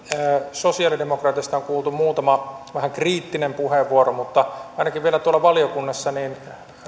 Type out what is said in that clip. sosialidemokraateista on kuultu muutama vähän kriittinen puheenvuoro mutta ainakin vielä tuolla valiokunnassa